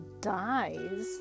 dies